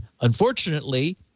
unfortunately